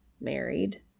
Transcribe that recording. Married